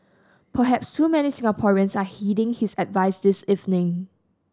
perhaps too many Singaporeans are heeding his advice this evening